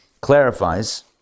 clarifies